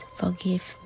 forgive